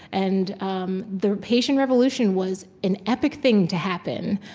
and um the haitian revolution was an epic thing to happen,